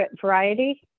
variety